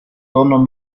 tono